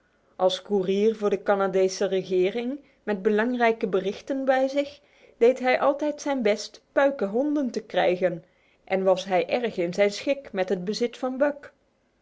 als koerier voor de canadese regering met belangrijke berichten bij zich deed hij altijd zijn best puike honden te krijgen en was hij erg in zijn schik met het bezit van buck